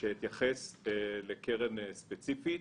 שאתייחס לקרן ספציפית,